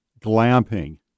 glamping